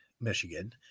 Michigan